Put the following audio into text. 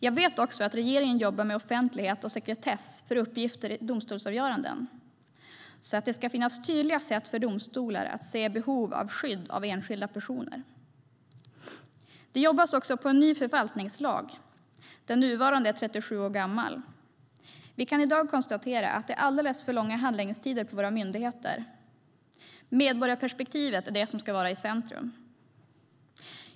Jag vet också att regeringen jobbar med offentlighet och sekretess för uppgifter i domstolsavgöranden, så att det ska finnas tydliga sätt för domstolar att se behov av skydd av enskilda personer. Det jobbas också på en ny förvaltningslag. Den nuvarande är 37 år gammal. Vi kan i dag konstatera att det är alldeles för långa handläggningstider på våra myndigheter. Medborgarperspektivet ska vara i centrum.